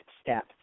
step